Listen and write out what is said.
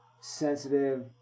sensitive